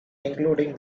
including